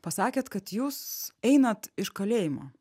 pasakėt kad jūs einat iš kalėjimo